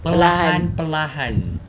perlahan